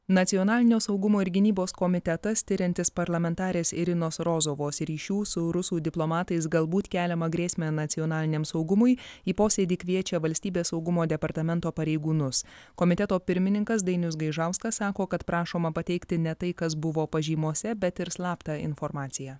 nacionalinio saugumo ir gynybos komitetas tiriantis parlamentarės irinos rozovos ryšių su rusų diplomatais galbūt keliamą grėsmę nacionaliniam saugumui į posėdį kviečia valstybės saugumo departamento pareigūnus komiteto pirmininkas dainius gaižauskas sako kad prašoma pateikti ne tai kas buvo pažymose bet ir slaptą informaciją